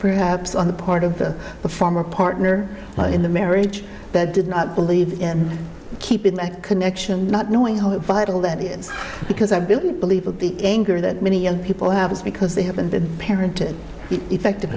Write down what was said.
perhaps on the part of the former partner in the marriage bed did not believe in keeping that connection not knowing how vital that is because i believe in the anger that many young people have is because they haven't been parenting effective